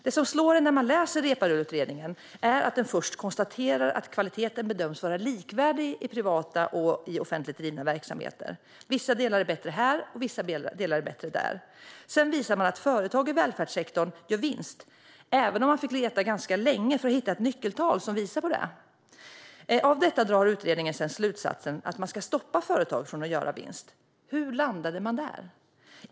Det som slår mig när jag läser Reepaluutredningen är att den först konstaterar att kvaliteten bedöms vara likvärdig i privat och offentligt drivna verksamheter - vissa delar är bättre här, andra är bättre där. Sedan visar man att företag i välfärdssektorn gör vinst - även om man fick leta ganska länge för att hitta ett nyckeltal som visar på det. Av detta drar utredningen sedan slutsatsen att man ska stoppa företag från att göra vinst. Hur landade man där?